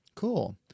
Cool